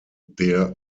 der